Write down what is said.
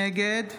נגד